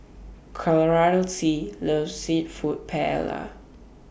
Charlsie loves Seafood Paella